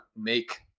make